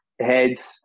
Heads